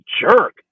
jerk